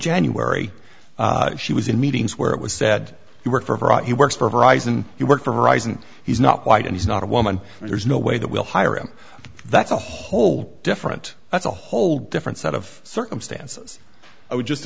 january she was in meetings where it was said who worked for her he works for horizon he worked for horizon he's not white and he's not a woman there's no a way that will hire him that's a whole different that's a whole different set of circumstances i would just